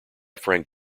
frank